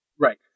Right